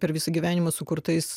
per visą gyvenimą sukurtais